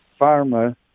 pharma